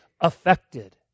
affected